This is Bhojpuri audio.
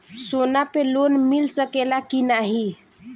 सोना पे लोन मिल सकेला की नाहीं?